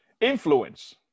Influence